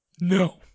No